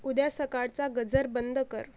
उद्या सकाळचा गजर बंद कर